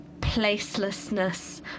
placelessness